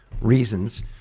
reasons